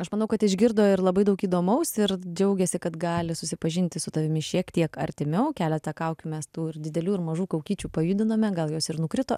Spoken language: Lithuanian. aš manau kad išgirdo ir labai daug įdomaus ir džiaugėsi kad gali susipažinti su tavimi šiek tiek artimiau keletą kaukių mes tų ir didelių ir mažų kaukyčių pajudiname gal jos ir nukrito